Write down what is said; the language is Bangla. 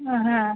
হ্যাঁ হ্যাঁ